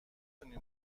تونی